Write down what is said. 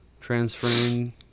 transferring